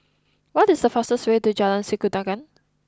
what is the faster way to Jalan Sikudangan